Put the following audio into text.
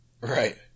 Right